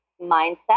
mindset